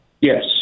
Yes